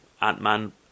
Ant-Man